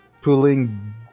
pulling